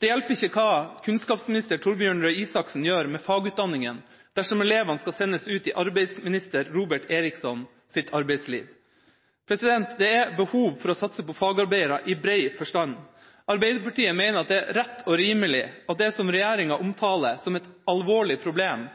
Det hjelper ikke hva kunnskapsminister Torbjørn Røe Isaksen gjør med fagutdanninga dersom elevene skal sendes ut til arbeidsminister Robert Erikssons arbeidsliv. Det er behov for å satse på fagarbeidere i bred forstand. Arbeiderpartiet mener at det er rett og rimelig at det som regjeringa omtaler som et alvorlig problem,